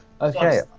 Okay